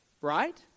Right